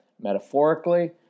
Metaphorically